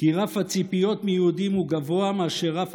שרף הציפיות מיהודים הוא גבוה מאשר רף